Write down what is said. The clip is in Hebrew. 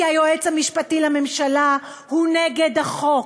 כי היועץ המשפטי לממשלה הוא נגד החוק,